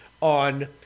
on